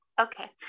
Okay